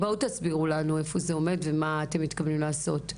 בואו תסבירו לנו איפה זה עומד ומה אתם מתכוונים לעשות.